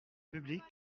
publics